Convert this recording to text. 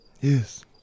Yes